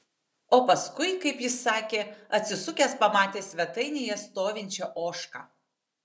o paskui kaip jis sakė atsisukęs pamatė svetainėje stovinčią ožką